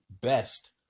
best